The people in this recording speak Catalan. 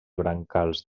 brancals